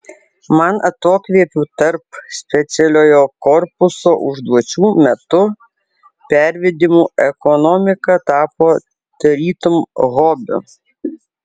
man atokvėpių tarp specialiojo korpuso užduočių metu pervedimų ekonomika tapo tarytum hobiu